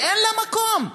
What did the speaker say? שאין לה מקום.